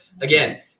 again